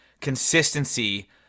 consistency